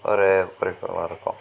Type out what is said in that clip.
ஒரு குறிக்கோளோடு இருக்கோம்